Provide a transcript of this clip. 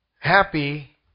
Happy